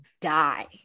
die